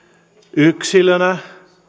yksilönä